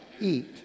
eat